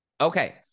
Okay